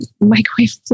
microwave